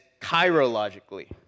chirologically